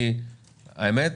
האמת,